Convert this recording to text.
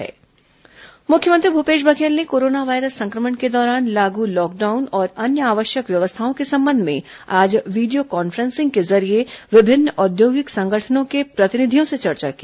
corona मुख्यमंत्री video conferencing मुख्यमंत्री भूपेश बघेल ने कोरोना वायरस संक्रमण के दौरान लागू लॉकडाउन और अन्य आवश्यक व्यवस्थाओं के संबंध में आज वीडियो कॉन्फ्रेंसिंग के जरिये विभिन्न औद्योगिक संगठनों के प्रतिनिधियों से चर्चा की